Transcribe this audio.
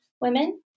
women